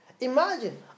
Imagine